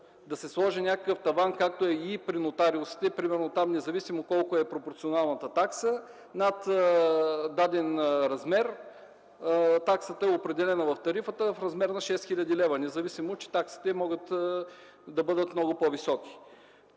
да се сложи някакъв таван, както е и при нотариусите, примерно там независимо колко е пропорционалната такса, над даден размер таксата е определена в тарифата в размер на 6 хил. лв., независимо, че таксите могат да бъдат много по-високи.